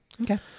Okay